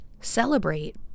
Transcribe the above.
celebrate